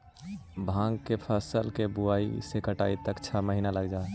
भाँग के फसल के बुआई से कटाई तक में छः महीना लग जा हइ